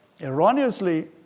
erroneously